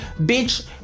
Bitch